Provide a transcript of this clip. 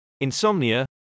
insomnia